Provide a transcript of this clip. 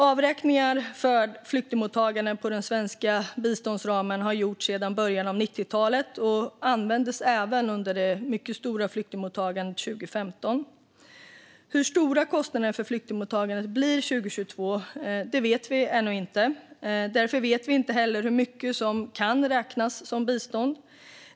Avräkningar för flyktingmottagande från den svenska biståndsramen har gjorts sedan början av 90-talet, och det användes även under det mycket stora flyktingmottagandet 2015. Hur stora kostnaderna för flyktingmottagandet blir 2022 vet vi ännu inte. Därför vet vi inte heller hur mycket som kan räknas som bistånd.